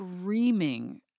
screaming